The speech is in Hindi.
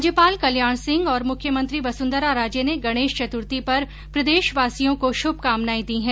राज्यपाल कल्याण सिंह और मुख्यमंत्री वसुंधरा राजे ने गणेश चतुर्थी पर प्रदेशवासियों को श्भकामनाएं दी हैं